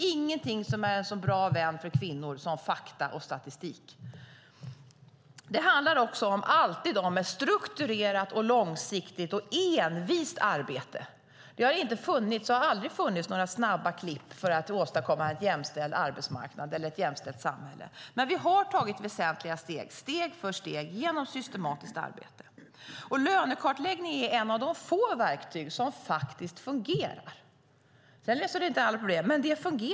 Fakta och statistik är kvinnors bästa vän. Det handlar också alltid om ett strukturerat, långsiktigt och envist arbete. Det har aldrig funnits några snabba klipp för att åstadkomma en jämställd arbetsmarknad eller ett jämställt samhälle, men vi har tagit väsentliga steg genom ett systematiskt arbete, steg för steg. Lönekartläggning är ett av de få verktyg som faktiskt fungerar. Det löser inte alla problem, men det fungerar.